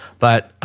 but um,